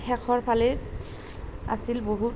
শেষৰফালে আছিল বহুত